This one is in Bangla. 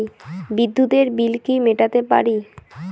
বিদ্যুতের বিল কি মেটাতে পারি?